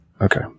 Okay